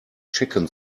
chicken